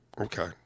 okay